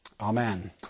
Amen